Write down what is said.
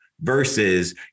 versus